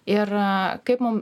ir kaip mum